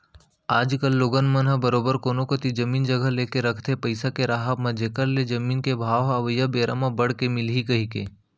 आज कल लोगन मन ह बरोबर कोनो कोती जमीन जघा लेके रखथे पइसा के राहब म जेखर ले ओ जमीन के भाव ह अवइया बेरा म बड़ के मिलही कहिके